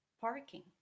Parking